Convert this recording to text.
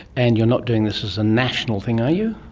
and you're not doing this as a national thing, are you?